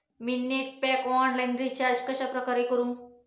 मी net pack online recharge कशाप्रकारे करु?